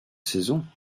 saison